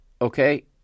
okay